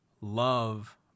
love